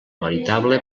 veritable